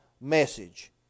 message